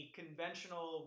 conventional